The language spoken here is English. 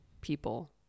people